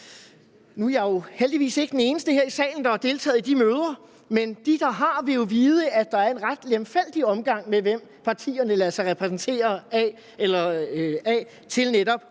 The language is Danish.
Nu er jeg jo heldigvis ikke den eneste her i salen, der har deltaget i de møder, men de, der har, vil jo vide, at der er en ret lemfældig omgang med, hvem partierne lader sig repræsentere af til netop